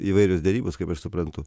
įvairios derybos kaip aš suprantu